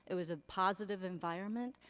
it was a positive environment.